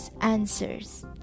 answers